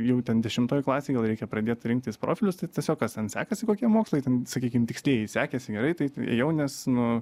jau ten dešimtoj klasėj gal reikia pradėt rinktis profilius tai tiesiog kas ten sekasi kokie mokslai ten sakykim tikslieji sekėsi gerai tai ėjau nes nu